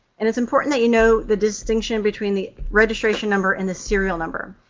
and it's important that you know the distinction between the registration number and the serial number,